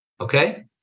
Okay